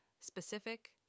specific